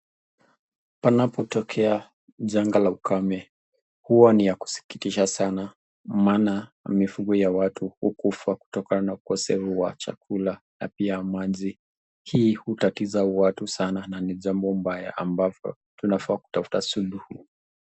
Panapotokea janga la ukame huwa ni kusikitisha sana maana mifugo ya watu hukufa kutokana na ukosefu wa chakula na pia maji . Hii hutatiza watu sana na ni jambo mbaya ambalo tunafaa kutafuta suluhisho.